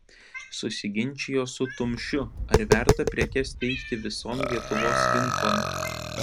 susiginčijo su tumšiu ar verta prekes teikti vison lietuvos rinkon